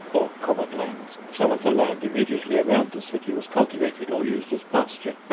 or common lands. some of the land immediately around the city was cultivated or used as pasture.